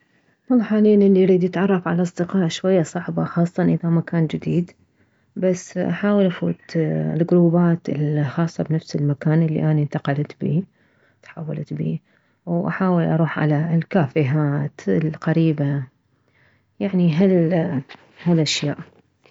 والله حاليا الي يريد يتعرف على اصدقاء شوية صعبة خاصة اذا مكان جديد بس احاول افوت الكروبات الخاصة بنفس المكان الي اني انتقلت بيه تحولت بيه واحاول اروح على الكافيهات القريبة يعني هل هلاشياء